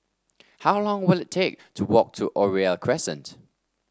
how long will it take to walk to Oriole Crescent